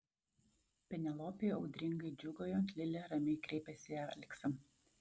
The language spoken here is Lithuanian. penelopei audringai džiūgaujant lilė ramiai kreipėsi į aleksą